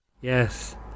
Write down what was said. Yes